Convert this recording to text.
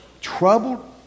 troubled